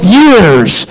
years